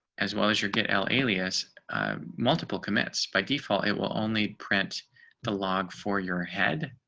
as well as your get l alias multiple commits, by default, it will only print the log for your head.